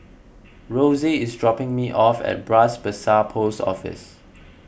Rosy is dropping me off at Bras Basah Post Office